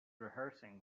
rehearsing